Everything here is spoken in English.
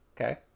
Okay